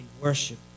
worship